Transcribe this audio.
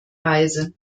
reise